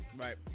Right